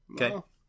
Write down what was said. Okay